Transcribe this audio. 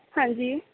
ਹਾਂਜੀ